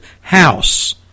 House